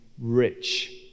rich